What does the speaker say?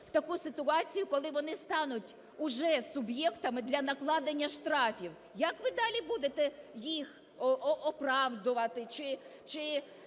в таку ситуацію, коли вони стануть уже суб'єктами для накладення штрафів? Як ви далі будете їх оправдувати,